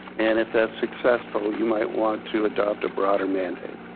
and if that's successful, you might want to adopt a broader mandate.